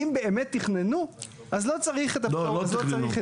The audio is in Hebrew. אם באמת תכננו אז לא צריך את --- לא, לא תכננו.